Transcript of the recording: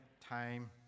time